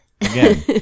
Again